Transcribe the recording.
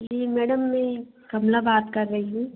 जी madam में कमला बात कर रही हूँ